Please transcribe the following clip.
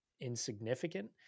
insignificant